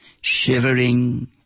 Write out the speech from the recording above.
shivering